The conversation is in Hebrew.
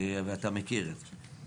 ואתה מכיר את זה.